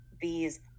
bees